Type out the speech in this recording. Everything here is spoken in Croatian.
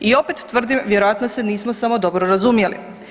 I opet tvrde vjerojatno se nismo samo dobro razumjeli.